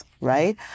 right